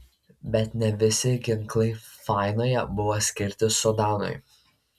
bet ne visi ginklai fainoje buvo skirti sudanui